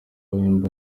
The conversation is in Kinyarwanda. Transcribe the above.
wemba